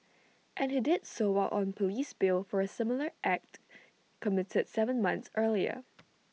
and he did so while on Police bail for A similar act committed Seven months earlier